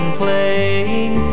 playing